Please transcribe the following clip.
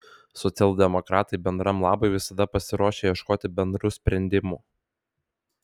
socialdemokratai bendram labui visada pasiruošę ieškoti bendrų sprendimų